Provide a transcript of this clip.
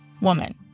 woman